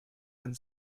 and